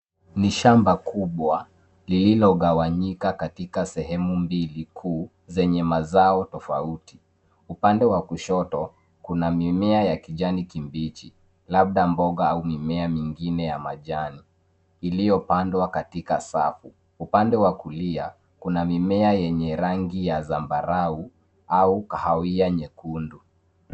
Ni shamba kubwa lililo gawanyika katika sehemu mbili kuu zenye mazao tofauti. Upande wa kushoto kuna mimea ya kijani kibichi labda mboga au mimea mingine ya majani iliyo pandwa katika safu. Upande wa kulia kuna mimea yenye rangi ya zamabarao au kahawia nyekundu.